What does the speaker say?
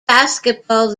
basketball